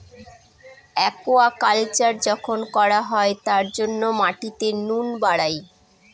aquaculture যখন করা হয় তার জন্য মাটিতে নুন বাড়ায়